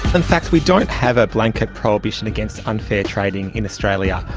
in fact we don't have a blanket prohibition against unfair trading in australia.